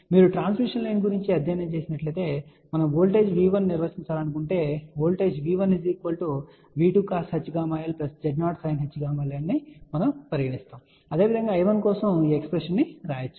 మీరు transmission line గురించి అధ్యయనం చేసి ఉండవచ్చు మరియు మనము వోల్టేజ్ V1 ని నిర్వచించాలనుకుంటే voltage V1 V2 cosh γl Z0 sinh ⁡ γl అని పరిగణించండి అదేవిధంగా I1 కోసం ఎక్స్ప్రెషన్ వ్రాయవచ్చు